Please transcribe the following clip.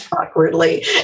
awkwardly